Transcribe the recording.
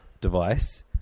device